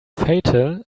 fatal